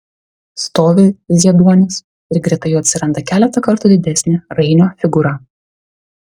stovi zieduonis ir greta jo atsiranda keletą kartų didesnė rainio figūra